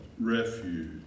refuge